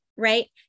right